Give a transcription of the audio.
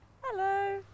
Hello